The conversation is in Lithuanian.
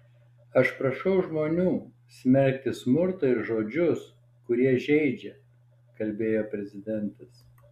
aš prašau žmonių smerkti smurtą ir žodžius kurie žeidžia kalbėjo prezidentas